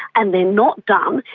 and they're not done,